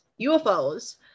UFOs